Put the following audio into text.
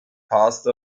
passed